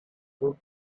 good